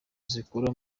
zikora